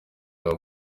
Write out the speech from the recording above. haba